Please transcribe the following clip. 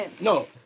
No